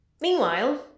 Meanwhile